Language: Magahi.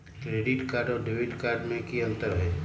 क्रेडिट कार्ड और डेबिट कार्ड में की अंतर हई?